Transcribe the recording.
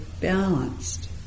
balanced